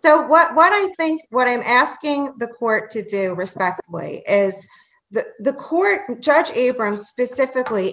so what i think what i'm asking the court to do respect way is that the court judge abrams specifically